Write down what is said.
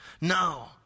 No